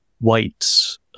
whites